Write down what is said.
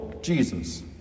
Jesus